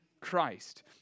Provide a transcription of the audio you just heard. Christ